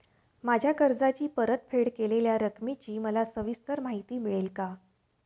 माझ्या कर्जाची परतफेड केलेल्या रकमेची मला सविस्तर माहिती मिळेल का?